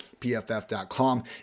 pff.com